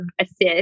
Assist